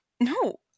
No